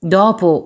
dopo